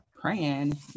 praying